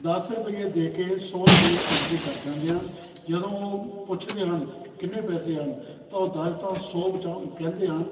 ਦਸ ਰੁਪਈਏ ਦੇ ਕੇ ਸੌ ਰੁਪਈਏ ਐਂਟਰੀ ਕਰ ਜਾਂਦੇ ਹਨ ਜਦੋਂ ਉਹ ਪੁੱਛਦੇ ਹਨ ਕਿੰਨੇ ਪੈਸੇ ਹਨ ਤਾਂ ਉਹ ਦਸ ਤੋਂ ਸੌ ਬਚਾਉ ਕਹਿੰਦੇ ਹਨ